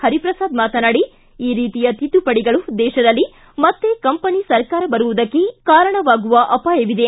ಹರಿಪ್ರಸಾದ್ ಮಾತನಾಡಿ ಈ ರೀತಿಯ ತಿದ್ದುಪಡಿಗಳು ದೇಶದಲ್ಲಿ ಮತ್ತ ಕಂಪನಿ ಸರ್ಕಾರ ಬರುವುದಕ್ಕೆ ಕಾರಣವಾಗುವ ಅಪಾಯವಿದೆ